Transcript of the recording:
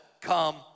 come